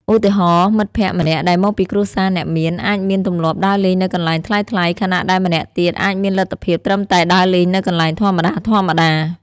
ឧទាហរណ៍ មិត្តភក្តិម្នាក់ដែលមកពីគ្រួសារអ្នកមានអាចមានទម្លាប់ដើរលេងនៅកន្លែងថ្លៃៗ ខណៈដែលម្នាក់ទៀតអាចមានលទ្ធភាពត្រឹមតែដើរលេងនៅកន្លែងធម្មតាៗ។